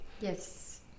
yes